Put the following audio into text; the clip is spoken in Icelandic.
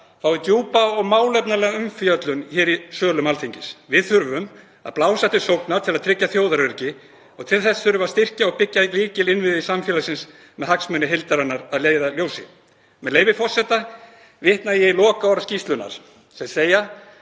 fái djúpa og málefnalega umfjöllun í sölum Alþingis. Við þurfum að blása til sóknar til að tryggja þjóðaröryggi og til þess þurfum við að styrkja og byggja lykilinnviði samfélagsins með hagsmuni heildarinnar að leiðarljósi. Með leyfi forseta, vitna ég í lokaorð skýrslunnar sem eru: